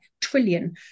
trillion